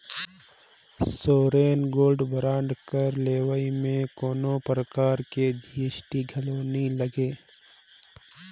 sovereign gold bond कर लेवई में कोनो परकार कर जी.एस.टी घलो नी लगे